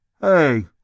Hey